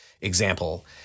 example